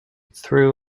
threw